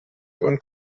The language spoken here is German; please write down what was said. und